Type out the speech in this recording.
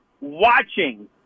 watching